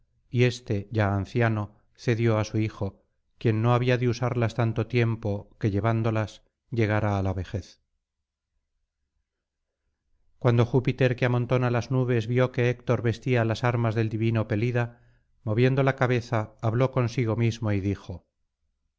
y éste ya anciano cedió á su hijo quien no había de usarlas tanto tiempo que llevándolas llegara á la vejez cuando júpiter que amontona las nubes vio que héctor vestía las armas del divino pelida moviendo la cabeza habló consigo mismo y dijo